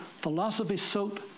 philosophy-soaked